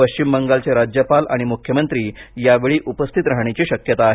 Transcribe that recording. पश्चिम बंगालचे राज्यपाल आणि मुख्यमंत्री यावेळी उपस्थित राहण्याची शक्यता आहे